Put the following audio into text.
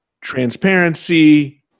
transparency